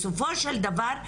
בסופו של דבר,